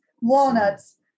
walnuts